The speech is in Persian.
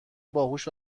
باهوش